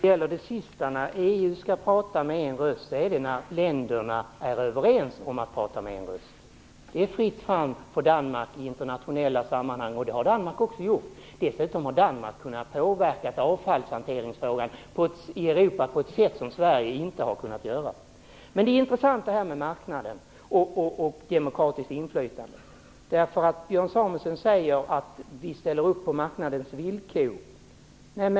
Herr talman! EU pratar med en röst när länderna är ense om att prata med en röst. Det är fritt fram för Danmark i internationella sammanhang att hävda sin egen mening, och det har Danmark också gjort. Dessutom har Danmark kunnat påverka avfallshanteringsfrågan i Europa på ett sätt som Sverige inte har kunnat göra. Men det är intressant det här med marknaden och demokratiskt inflytande. Björn Samuelson säger att vi ställer upp på marknadens villkor.